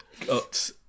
got